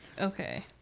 Okay